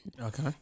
Okay